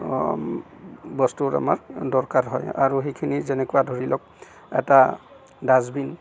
বস্তুৰ আমাৰ দৰকাৰ হয় আৰু সেইখিনি যেনেকুৱা ধৰি লওক এটা ডাষ্টবিন